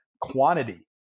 quantity